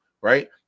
right